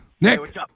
Nick